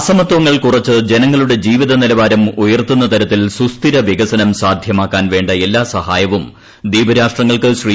അസമത്വങ്ങൾ കുറച്ച് ജനങ്ങ്ളുടെ ജീവിത നിലവാരം ഉയർത്തുന്ന തരത്തിൽ സുസ്ഥിര വികസനം സാധ്യമാക്കാൻ വേണ്ട എല്ലാ സഹായവും ദ്വീപ് രാഷ്ട്രങ്ങൾക്ക് ശ്രീ